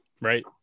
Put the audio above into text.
Right